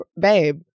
babe